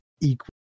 equal